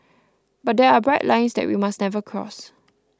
but there are bright lines that we must never cross